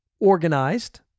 organized